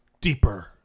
deeper